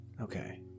Okay